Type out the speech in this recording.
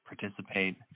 participate